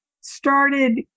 started